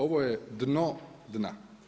Ovo je dno dna.